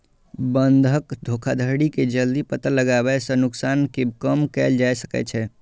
बंधक धोखाधड़ी के जल्दी पता लगाबै सं नुकसान कें कम कैल जा सकै छै